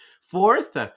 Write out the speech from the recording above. Fourth